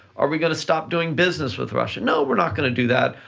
are we gonna stop doing business with russia? no, we're not gonna do that.